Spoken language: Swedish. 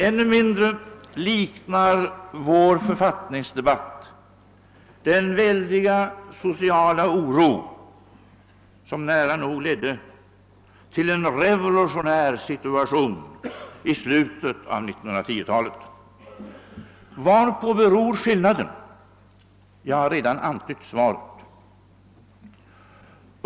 Ännu mindre liknar vår författningsdebatt den väldiga sociala oro, som nära nog ledde till en revolutionär situation i slutet av 1910-talet. Varpå beror skillnaden? Jag har redan antytt svaret.